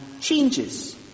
changes